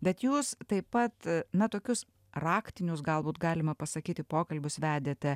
bet jūs taip pat na tokius raktinius galbūt galima pasakyti pokalbius vedėte